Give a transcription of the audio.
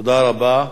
תודה רבה.